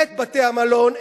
את בתי-המלון,